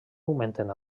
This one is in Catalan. augmenten